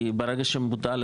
כי ברגע שבוטל,